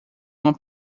uma